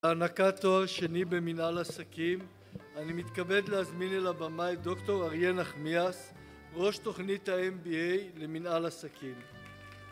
להענקת תואר שני במנהל עסקים, אני מתכבד להזמין אל הבמה את דוקטור אריה נחמיאס, ראש תוכנית ה-MBA למנהל עסקים